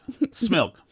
Smilk